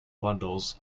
bundles